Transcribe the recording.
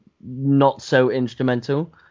not-so-instrumental